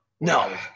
No